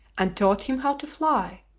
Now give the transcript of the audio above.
and taught him how to fly,